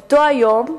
אותו היום,